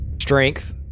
Strength